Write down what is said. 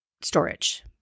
Storage